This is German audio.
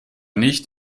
nicht